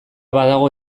badago